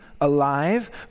alive